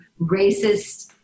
racist